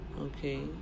Okay